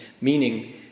meaning